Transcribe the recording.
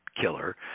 killer